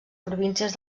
províncies